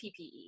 PPE